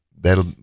that'll